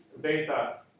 data